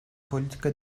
politika